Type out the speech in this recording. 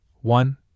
One